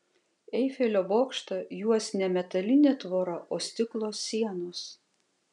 eifelio bokštą juos ne metalinė tvora o stiklo sienos